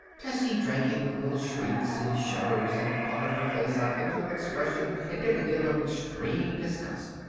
tessie drank it with little shrieks and shudders and puckered her face up into an expression indicative of extreme disgust.